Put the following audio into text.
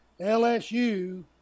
LSU